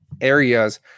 areas